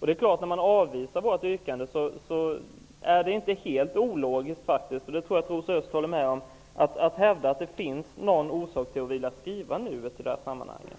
detta. När man avvisar vårt yrkande är det inte helt ologiskt -- det tror jag att Rosa Östh håller med om -- att hävda att det måste finnas en orsak till att vilja skriva ''nu'' i det här sammanhanget.